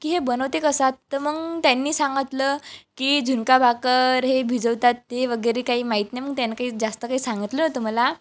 की हे बनवते कसा तर मग त्यांनी सांगतलं की झुणका भाकर हे भिजवतात ते वगैरे काही माहीत नाही मग त्यांना काही जास्त काही सांगितलं होतं मला